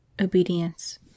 obedience